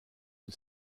une